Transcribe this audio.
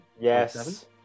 Yes